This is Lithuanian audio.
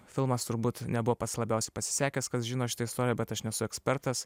filmas turbūt nebuvo pats labiausiai pasisekęs kas žino šitą istoriją bet aš nesu ekspertas